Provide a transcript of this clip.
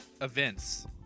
events